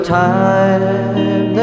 time